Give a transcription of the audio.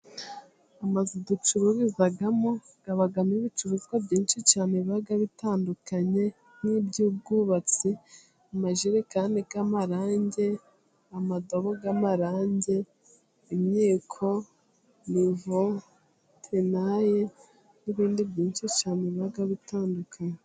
Amazu ducurubizamo abamo ibicuruzwa byinshi cyane biba bitandukanye, n'iby'ubwubatsi, amajerekani y'amarangi, amadobo y'amarange, imyiko nivo, tenaye, n'ibindi byinshi biba bitandukanye.